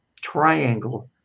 triangle